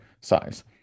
size